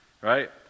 right